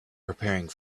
preparing